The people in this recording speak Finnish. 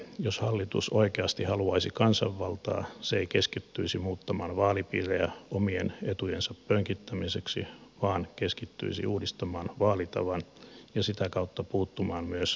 jos hallitus oikeasti haluaisi kansanvaltaa se ei keskittyisi muuttamaan vaalipiirejä omien etujensa pönkittämiseksi vaan keskittyisi uudistamaan vaalitavan ja sitä kautta puuttumaan myös äänikynnykseen